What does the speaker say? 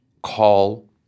Call